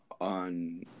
on